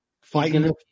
Fighting